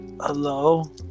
hello